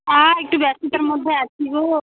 আর একটু ব্যস্ততার মধ্যে আছি গো